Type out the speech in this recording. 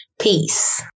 Peace